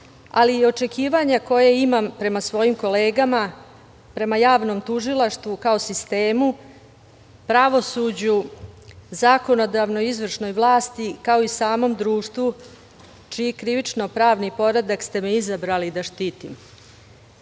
ali i očekivanja koje imam prema svojim kolegama, prema javnom tužilaštvu kao sistemu, pravosuđu, zakonodavnoj izvršnoj vlasti, kao i samom društvu, čiji krivično pravni poredak ste me izabrali da štitim. Svedoci